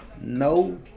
No